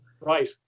right